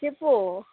చెప్పూ